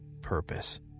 purpose